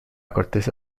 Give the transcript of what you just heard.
corteza